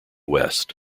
west